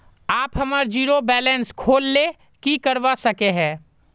आप हमार zero balance खोल ले की करवा सके है?